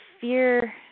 fear